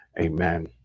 amen